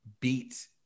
beat